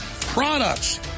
products